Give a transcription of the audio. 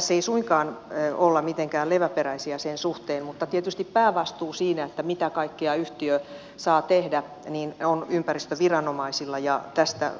tässä ei suinkaan olla mitenkään leväperäisiä sen suhteen mutta tietysti päävastuu siinä mitä kaikkea yhtiö saa tehdä on ympäristöviranomaisilla ja tästä